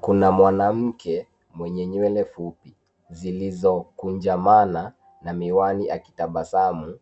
Kuna mwanamke mwenye nywele fupi zilizokunjamana na miwani akitabasamu